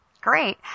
Great